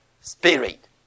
spirit